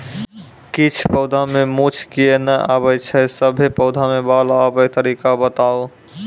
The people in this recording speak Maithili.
किछ पौधा मे मूँछ किये नै आबै छै, सभे पौधा मे बाल आबे तरीका बताऊ?